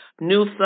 new